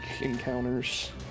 encounters